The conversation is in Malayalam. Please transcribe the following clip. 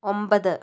ഒൻപത്